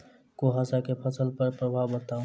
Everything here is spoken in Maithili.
कुहासा केँ फसल पर प्रभाव बताउ?